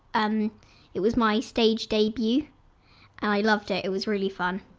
um it was my stage debut and i loved it, it was really fun!